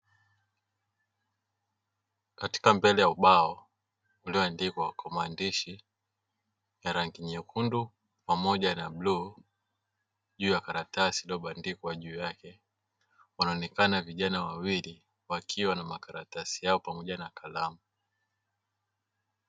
Katika mbele ya ubao ulioandikwa kwa maandishi ya rangi nyekundu pamoja na bluu juu ya karatasi iliyobandikwa juu yake, wanaonekana vijana wawili wakiwa na makaratasi yao pamoja na kalamu.